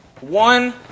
One